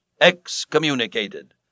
excommunicated